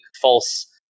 false